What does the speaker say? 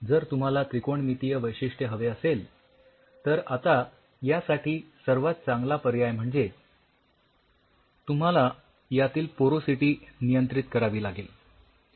जर तुम्हाला त्रिकोणमितीय वैशिष्ठय हवे असेल तर आता यासाठी सर्वात चांगला पर्याय म्हणजे तुम्हाला यातील पोरॉसिटी नियंत्रित करावी लागेल